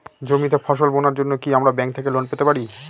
জমিতে ফসল বোনার জন্য কি আমরা ব্যঙ্ক থেকে লোন পেতে পারি?